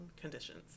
conditions